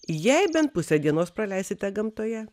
jei bent pusę dienos praleisite gamtoje